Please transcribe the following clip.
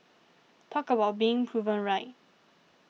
talk about being proven right